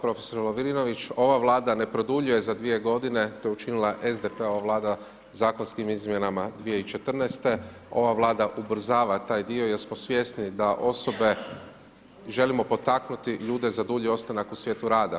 Profesore Lovrinović, ova Vlada ne produljuje za 2 g., to je učinila SDP-ova Vlada zakonskim izmjenama 2014., ova Vlada ubrzava taj dio jer smo svjesni da osobe želimo potaknuti ljude za dulji ostanak u svijetu rada.